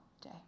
day